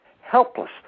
helpless